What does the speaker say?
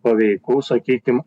paveiku sakykim